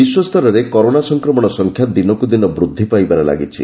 ବିଶ୍ୱସ୍ତରରେ କରୋନା ସଂକ୍ରମଣ ସଂଖ୍ୟା ଦିନକୁ ଦିନ ବୃଦ୍ଧି ପାଇବାରେ ଲାଗିଛି